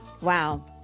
Wow